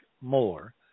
more